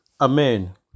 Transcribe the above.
Amen